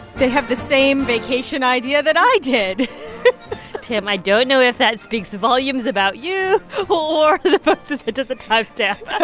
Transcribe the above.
they have the same vacation idea that i did tam, i don't know if that speaks volumes about you or the folks that did the time stamp